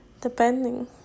depending